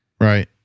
Right